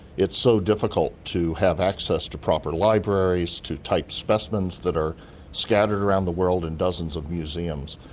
it's so difficult to have access to proper libraries, to type specimens that are scattered around the world in dozens of museums,